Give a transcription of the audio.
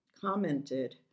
commented